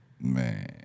Man